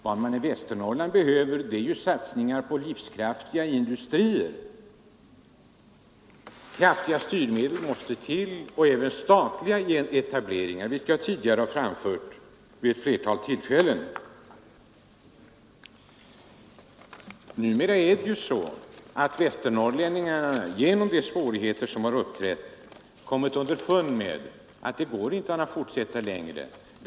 Vad Västernorrland behöver är en satsning på livskraftiga industrier. Kraftiga styrmedel måste till och även statlig etablering, vilket jag tidigare har framfört vid ett flertal tillfällen. Numera har västernorrlänningarna genom de svårigheter som uppträtt kommit underfund med att det inte går att fortsätta längre på den inslagna vägen.